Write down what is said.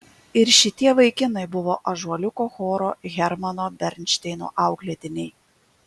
ir šitie vaikinai buvo ąžuoliuko choro hermano bernšteino auklėtiniai